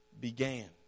began